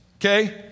okay